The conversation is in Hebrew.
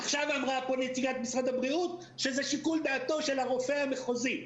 עכשיו אמרה פה נציגת משרד הבריאות שזה שיקול דעתו של הרופא המחוזי.